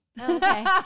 Okay